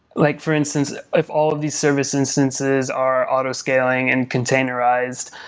like for instance, if all of these service instances are auto scaling and containerized,